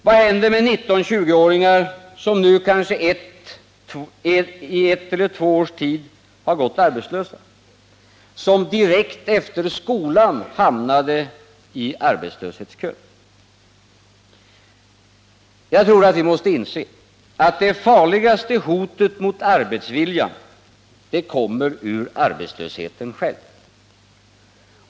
Vad händer med 19-20-åringar, som under kanske ett eller två års tid gått arbetslösa och som direkt efter skolan hamnade i arbetslöshetskön? Jag tror att vi måste inse att det farligaste hotet mot arbetsviljan kommer ur arbetslösheten själv.